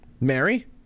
Mary